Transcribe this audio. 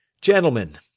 Gentlemen